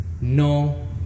no